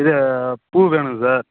இது பூ வேணுங்க சார்